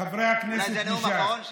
חברי הכנסת מש"ס, אולי זה הנאום האחרון שלו.